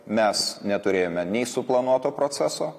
mes neturėjome nei suplanuoto proceso